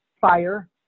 Fire